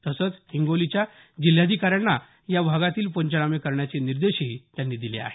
तसंच हिंगोलीच्या जिल्हाधिकाऱ्यांना या भागातील पंचनामे करण्याचे निर्देशही त्यांनी दिले आहेत